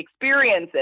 experiences